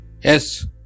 Yes